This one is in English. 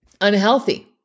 unhealthy